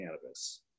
cannabis